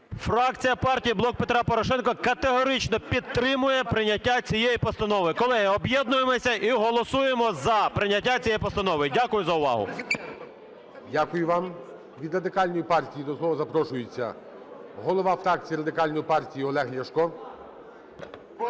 Фракція партії "Блок Петра Порошенка" категорично підтримує прийняття цієї постанови. Колеги, об'єднуємося і голосуємо за прийняття цієї постанови! Дякую за увагу. ГОЛОВУЮЧИЙ. Дякую вам. Від Радикальної партії до слова запрошується голова фракції Радикальної партії Олег Ляшко.